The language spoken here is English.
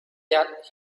that